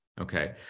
Okay